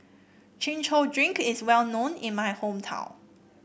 Chin Chow Drink is well known in my hometown